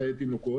חיי תינוקות,